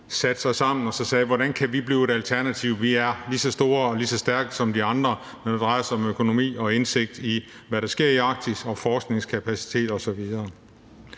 satte sig sammen og sagde: Hvordan kan vi blive et alternativ? Vi er lige så store og lige så stærke som de andre, når det drejer sig om økonomi og indsigt i, hvad der sker i Arktis, og med hensyn til forskningskapacitet osv.